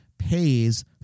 pays